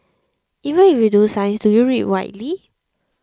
even if you do science do you read widely